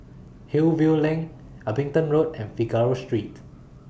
Hillview LINK Abingdon Road and Figaro Street